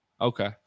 Okay